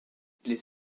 les